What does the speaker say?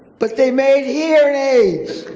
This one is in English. but they made hearing aids.